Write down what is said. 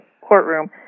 courtroom